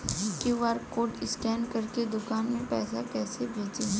QR code scan करके दुकान में पैसा कइसे भेजी?